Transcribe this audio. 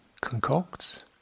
concocts